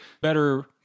better